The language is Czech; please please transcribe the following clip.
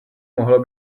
mohlo